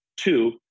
Two